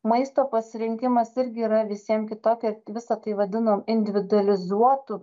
maisto pasirinkimas irgi yra visiem kitokia visa tai vadinam individualizuotu